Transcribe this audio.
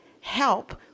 help